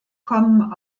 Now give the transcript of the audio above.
kommen